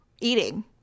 eating